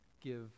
give